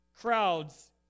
crowds